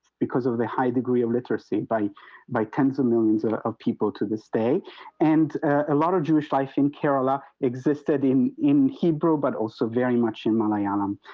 because of of the high degree of literacy by by tens of millions ah of people to this day and a lot of jewish life in kerala existed in in hebrew, but also very much in malayalam.